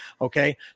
okay